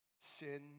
Sin